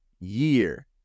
year